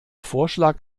vorschlag